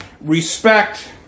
respect